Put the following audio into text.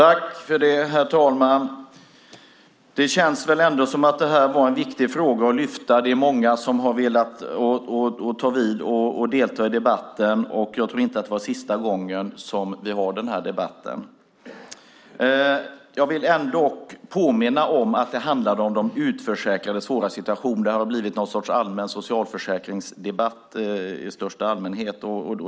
Herr talman! Det känns som att det här var en viktig fråga att lyfta fram. Många har velat ta vid och delta i debatten, och jag tror inte att det är sista gången vi har denna debatt. Jag vill ändå påminna om att det handlar om de utförsäkrades svåra situation. Det här har blivit någon sorts socialförsäkringsdebatt i största allmänhet.